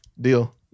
deal